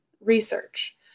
research